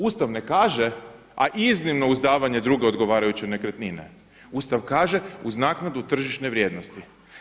Ustav ne kaže, a iznimno uz davanje druge odgovarajuće nekretnine, Ustav kaže uz naknadu tržišne vrijednosti.